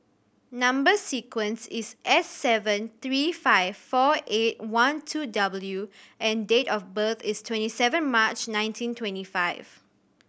number sequence is S seven three five four eight one two W and date of birth is twenty seven March nineteen twenty five